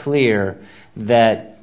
clear that